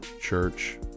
church